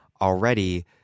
already